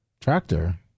Tractor